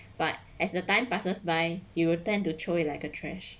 but as time passes by you will tend to throw it like a trash